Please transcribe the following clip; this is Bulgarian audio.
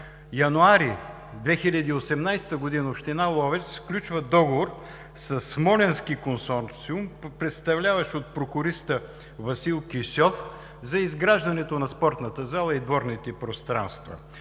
януари 2018 г. община Ловеч сключва договор със смолянски консорциум, представляван от прокуриста Васил Кисьов, за изграждането на спортната зала и дворните пространства.